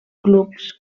clubs